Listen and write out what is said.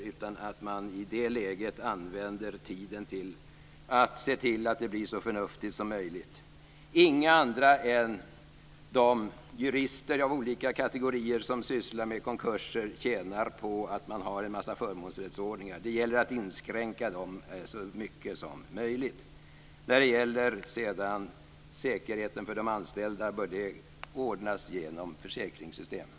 I det läget kan man i stället använda tiden till att se till att det blir så förnuftigt som möjligt. Inga andra än de jurister av olika kategorier som sysslar med konkurser tjänar på att man har en massa förmånsrättsordningar. Det gäller att inskränka dem så mycket som möjligt. Säkerheten för de anställda bör ordnas genom ett försäkringssystem.